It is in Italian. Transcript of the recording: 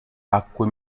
acque